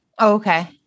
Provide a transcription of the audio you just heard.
Okay